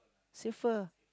Saver